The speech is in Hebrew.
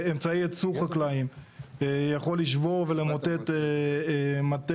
אמצעי יצור חקלאיים יכול לשבור ולמוטט מטה